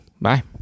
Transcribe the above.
Bye